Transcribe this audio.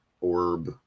orb